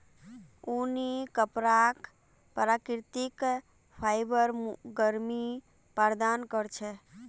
ऊनी कपराक प्राकृतिक फाइबर गर्मी प्रदान कर छेक